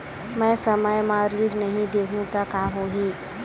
मैं समय म ऋण नहीं देहु त का होही